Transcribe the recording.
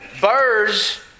birds